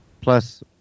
Plus